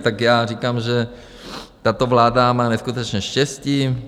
Tak říkám, že tato vláda má neskutečné štěstí.